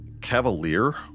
cavalier